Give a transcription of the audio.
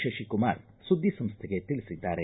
ಶಶಿಕುಮಾರ್ ಸುದ್ದಿ ಸಂಸ್ಥೆಗೆ ತಿಳಿಬಿದ್ದಾರೆ